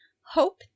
hope